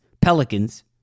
Pelicans